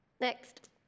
Next